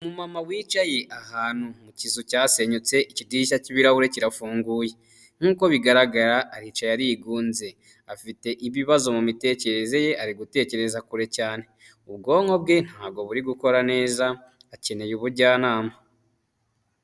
Umumama wicaye ahantu mu kizu cyasenyutse ikidirishya cy'ibirahure kirafunguye, nk'uko bigaragara aricaye arigunze, afite ibibazo mumitekerereze ye ari gutekereza kure cyane, ubwonko bwe ntabwo buri gukora neza akeneye ubujyanama.